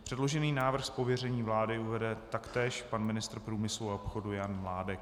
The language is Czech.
Předložený návrh z pověření vlády uvede taktéž pan ministr průmyslu a obchodu Jan Mládek.